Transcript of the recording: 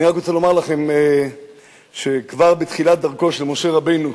אני רק רוצה לומר לכם שכבר בתחילת דרכו של משה רבנו,